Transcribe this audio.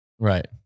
Right